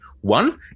One